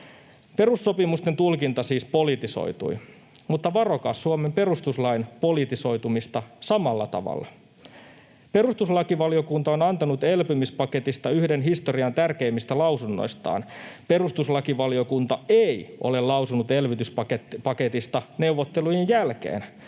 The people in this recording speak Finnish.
Perussopimusten tulkinta siis politisoitui, mutta varokaa Suomen perustuslain politisoitumista samalla tavalla. Perustuslakivaliokunta on antanut elpymispaketista yhden historian tärkeimmistä lausunnoistaan. Perustuslakivaliokunta ei ole lausunut elvytyspaketista neuvottelujen jälkeen.